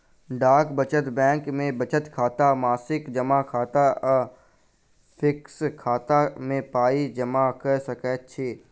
डाक बचत बैंक मे बचत खाता, मासिक जमा खाता आ फिक्स खाता मे पाइ जमा क सकैत छी